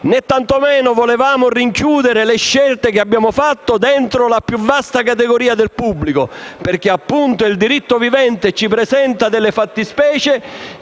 tantomeno volevamo rinchiudere le scelte che abbiamo fatto dentro la più vasta categoria del pubblico, perché appunto il diritto vivente ci presenta delle fattispecie